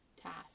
task